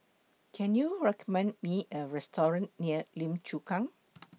Can YOU recommend Me A Restaurant near Lim Chu Kang